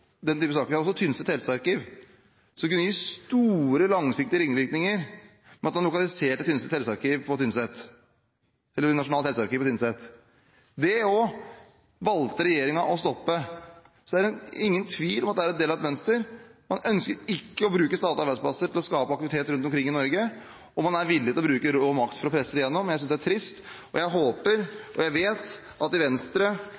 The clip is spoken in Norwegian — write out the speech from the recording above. Tynset helsearkiv, som kunne gi store, langsiktige ringvirkninger ved at en lokaliserte nasjonalt helsearkiv på Tynset. Det valgte også regjeringen å stoppe. Det er ingen tvil om at det er en del av et mønster. Man ønsker ikke å bruke statlige arbeidsplasser til å skape aktivitet rundt omkring i Norge, og man er villig til å bruke rå makt for å presse det gjennom. Jeg synes det er trist. Jeg håper og vet at det i Venstre,